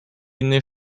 innej